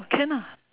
can ah